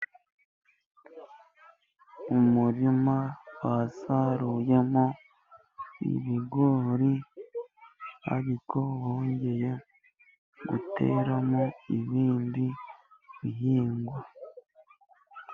Umurima basaruyemo ibigori, ariko bongeye guteramo ibindi bihingwa.